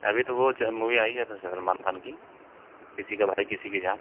अभी तो वो मूवी आई है न सलमान खान की किसी का भाई किसी की जान